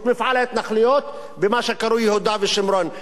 את מפעל ההתנחלויות במה שקרוי "יהודה ושומרון",